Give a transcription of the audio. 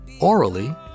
orally